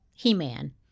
He-Man